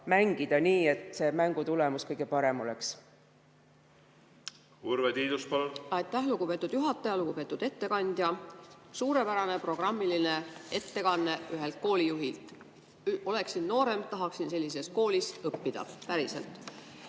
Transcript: mängida nii, et mängu tulemus kõige parem oleks.